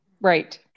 Right